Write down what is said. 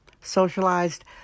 socialized